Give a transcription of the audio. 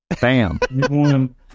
Bam